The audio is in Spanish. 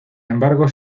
embargo